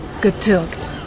Getürkt